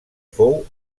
fou